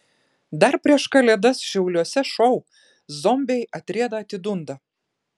dar prieš kalėdas šiauliuose šou zombiai atrieda atidunda